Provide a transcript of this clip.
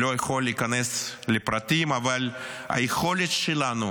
לא יכול להיכנס לפרטים, אבל היכולת שלנו